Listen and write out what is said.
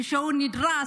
כשהוא נדרס,